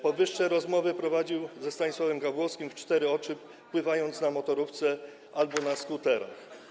Powyższe rozmowy prowadził ze Stanisławem Gawłowskim w cztery oczy, pływając na motorówce albo na skuterach.